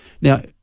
Now